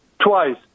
Twice